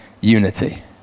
unity